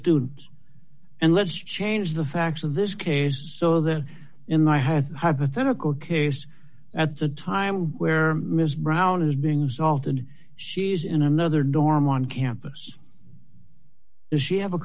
students and let's change the facts of this case so that in my head hypothetical case at the time where ms brown is being assaulted she's in another dorm on campus does she have a